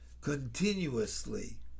continuously